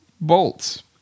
bolts